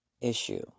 issue